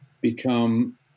become